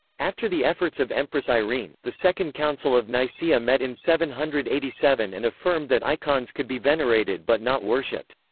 after the efforts of empress irene, the second council of nicaea met in seven hundred and eighty seven and affirmed that icons could be venerated but not worshiped.